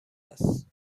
است